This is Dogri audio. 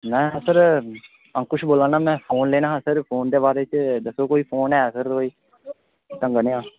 में सर अंकुश बोल्ला ना में फोन लैना हा सर फोन दे बारे च दस्सो कोई फोन है सर कोई ढंगा नेआ